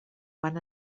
van